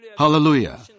Hallelujah